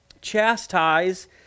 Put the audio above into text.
chastise